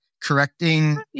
correcting